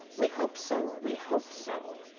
we hope so, we hope so,